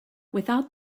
without